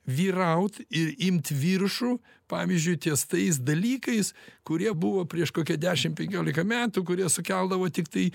vyraut ir imt viršų pavyzdžiui ties tais dalykais kurie buvo prieš kokią dešimt penkiolika metų kurie sukeldavo tiktai